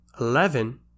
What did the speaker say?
eleven